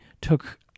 took